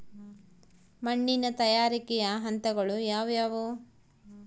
ಮಣ್ಣಿನ ತಯಾರಿಕೆಯ ಹಂತಗಳು ಯಾವುವು?